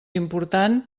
important